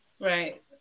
right